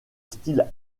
style